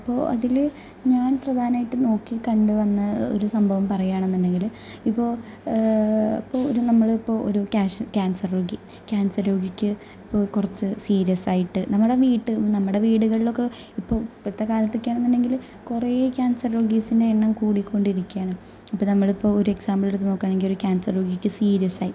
അപ്പോൾ അതിൽ ഞാന് പ്രധാനമായിട്ടും നോക്കിക്കണ്ടു വന്ന ഒരു സംഭവം പറയുകയാണെന്നുണ്ടെങ്കിൽ ഇപ്പോൾ ഇപ്പോൾ ഒരു നമ്മളിപ്പോൾ ഒരു ക്യാഷ് ക്യാന്സര് രോഗി ക്യാന്സര് രോഗിക്ക് ഇപ്പോൾ കുറച്ചു സീരിയസ്സായിട്ട് നമ്മുടെ വീട്ടിൽ നമ്മുടെ വീടുകളിലൊക്കെ ഇപ്പോൾ ഇപ്പോഴത്തെ കാലത്തൊക്കെയാണെന്നുണ്ടെങ്കിൽ കുറേ ക്യാന്സര് രോഗീസിന്റെ എണ്ണം കൂടിക്കൊണ്ടിരിക്കുകയാണ് അപ്പോൾ നമ്മളിപ്പോൾ ഒരു എക്സാംപിൾ എടുത്തു നോക്കുകയാണെങ്കില് ഒരു ക്യാന്സര് രോഗിക്ക് സീരിയസ്സായി